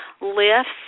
lifts